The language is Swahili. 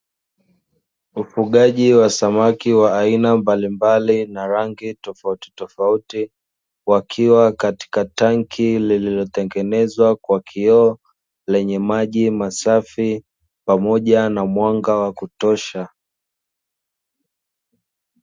Ufugaji wa samaki wa aina mbalimbali na rangi toafutitofauti, wakiwa katika tanki lililotengenezwa kwa kioo, lenye maji masafi pamoja na mwanga wa kutosha.